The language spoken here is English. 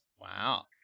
Wow